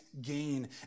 gain